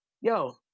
Yo